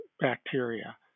bacteria